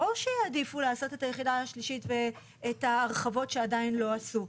ברור שיעדיפו לעשות את היחידה השלישית ואת ההרחבות שעדיין לא עשו.